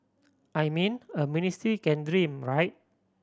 I mean a ministry can dream right